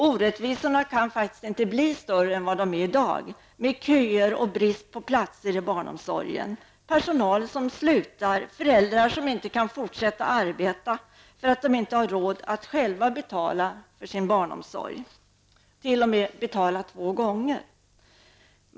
Orättvisorna kan faktiskt inte bli större än vad de är i dag, med köer och brist på platser i barnomsorgen och med personal som slutar, föräldrar som inte kan fortsätta arbeta därför att de inte har råd att själva betala för sin barnomsorg, och t.o.m. betala två gånger.